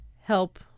help